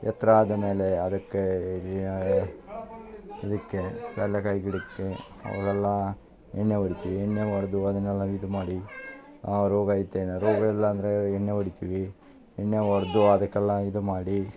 ಎತ್ತರ ಆದ ಮೇಲೆ ಅದಕ್ಕೇ ಅದಕ್ಕೆ ಪೇರ್ಲೆ ಕಾಯಿ ಗಿಡಕ್ಕೆ ಅವರೆಲ್ಲಾ ಎಣ್ಣೆ ಹೊಡಿತೀವಿ ಎಣ್ಣೆ ಹೊಡ್ದು ಅದನ್ನೆಲ್ಲ ಇದು ಮಾಡಿ ರೋಗ ಇತ್ತೇನು ರೋಗ ಇಲ್ಲ ಅಂದರೆ ಎಣ್ಣೆ ಹೊಡಿತೀವಿ ಎಣ್ಣೆ ಹೊಡ್ದು ಅದ್ಕೆಲ್ಲಾ ಇದು ಮಾಡಿ